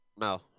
No